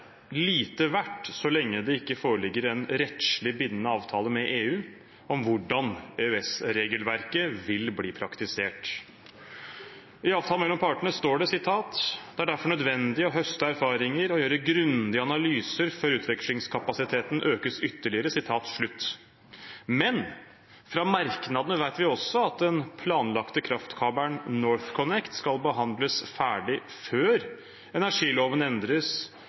lite verdt så lenge det ikke foreligger en rettslig bindende avtale med EU om hvordan EØS-regelverket vil bli praktisert. I avtalen mellom partene står det, jf. Innst. 175 L for 2017–2018: «Det er derfor nødvendig å høste erfaringer og gjøre grundige analyser før utvekslingskapasiteten økes ytterligere.» Men fra merknadene vet vi også at den planlagte kraftkabelen NorthConnect skal behandles ferdig før energiloven endres